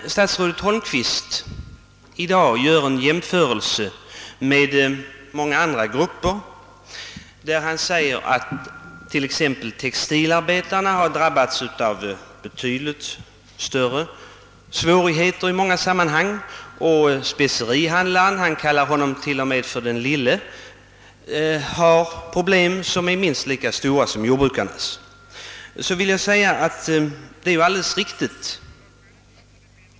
Statsrådet Holmqvist jämförde jordbrukarna med många andra grupper och menade att t.ex. textilarbetarna har drabbats av betydligt större svårigheter i många sammanhang. Specerihandlaren — statsrådet kallar honom t. o, m, den lille specerihandlaren — har också minst lika stora problem som jordbrukaren. Detta är alldeles riktigt.